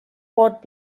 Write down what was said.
port